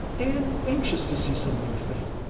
and anxious to see some new thing,